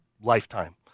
lifetime